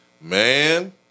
man